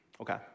Okay